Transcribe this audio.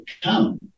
come